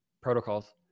protocols